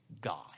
God